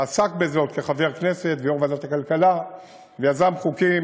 שעסק בזה עוד כחבר כנסת ויו"ר ועדת הכלכלה ויזם חוקים,